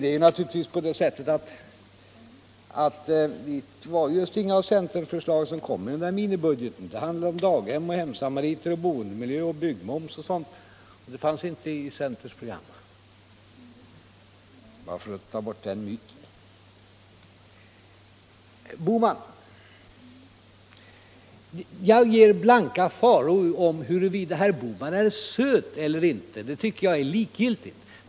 Det är naturligtvis så att minibudgeten just inte innehöll några av centerns förslag. Den handlade om daghem, hemsamariter, boendemiljö, byggmoms och sådant, som inte fanns i centerns program. Jag har försökt avliva den myten. Herr Bohman! Jag ger blanka farao i huruvida herr Bohman är söt eller inte. Det tycker jag är likgiltigt.